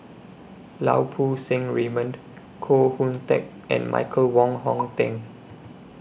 Lau Poo Seng Raymond Koh Hoon Teck and Michael Wong Hong Teng